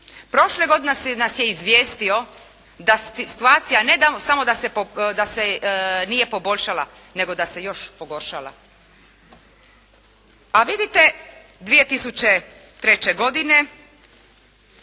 Prošle godine nas je izvijestio da situacija ne samo da se nije poboljšala, nego da se još pogoršala. A vidite 2003. godine